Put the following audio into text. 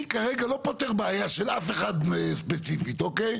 אני כרגע לא פותר בעיה של אף אחד ספציפית, אוקיי?